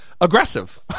aggressive